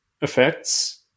effects